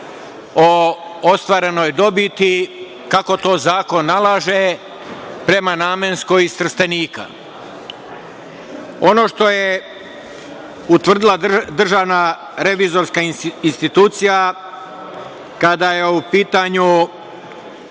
o ostvarenoj dobiti, kako to zakon nalaže, prema Namenskoj iz Trstenika. Ono što je utvrdila Državna revizorska institucija, kada je u pitanju